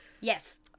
Yes